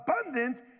abundance